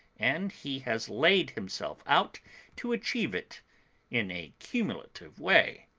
and he has laid himself out to achieve it in a cumulative way.